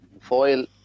foil